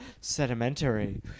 sedimentary